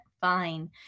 fine